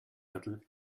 gürtel